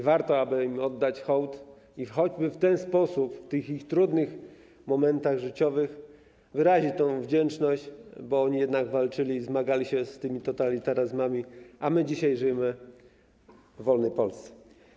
Warto im oddać hołd i choćby w ten sposób w tych ich trudnych momentach życiowych wyrazić wdzięczność, bo oni walczyli i zmagali się z totalitaryzmami, a my dzisiaj żyjemy w wolnej Polsce.